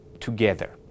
Together